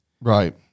right